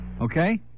okay